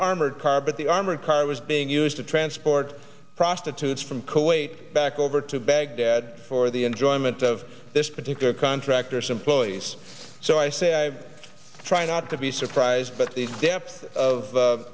armored car but the armored car was being used to transport prostitutes from kuwait back over to baghdad for the enjoyment of this particular contractors employees so i say i try not to be surprised but the depth of